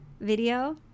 video